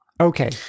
Okay